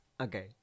Okay